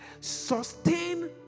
sustain